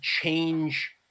change